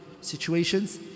situations